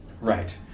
Right